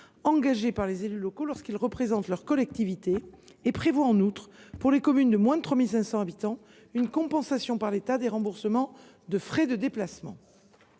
engagés par les élus locaux lorsqu’ils représentent leurs collectivités. Il prévoit en outre, pour les communes de moins de 3 500 habitants, une compensation par l’État des remboursements des frais de déplacement.